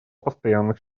постоянных